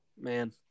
Man